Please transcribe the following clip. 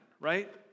right